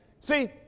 See